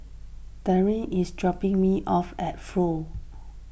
Daryn is dropping me off at Flow